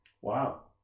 Wow